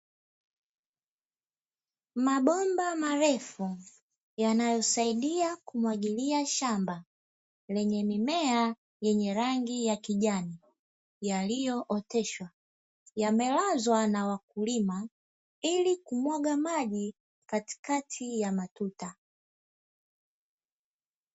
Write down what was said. Mabomba marefu yanayosaidia kumwagilia shamba lenye mimea yenye rangi ya kijani yaliyooteshwa yamelazwa na wakulima ili kumwaga maji katikati ya matuta.